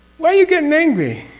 why are you getting angry?